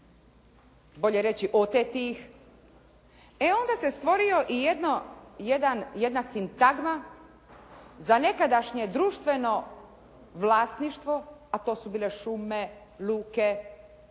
bolje reći oteti ih, e onda se stvorila i jedna sintagma za nekadašnje društveno vlasništvo, a to su bile šume, luke